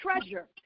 treasure